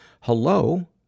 Hello